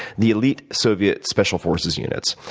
the elite soviet special forces unit.